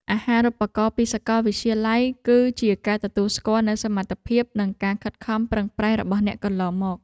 អាហារូបករណ៍ពីសាកលវិទ្យាល័យ គឺជាការទទួលស្គាល់នូវសមត្ថភាពនិងការខិតខំប្រឹងប្រែងរបស់អ្នកកន្លងមក។